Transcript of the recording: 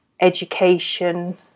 education